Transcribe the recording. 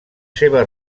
seves